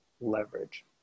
leverage